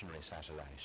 satellite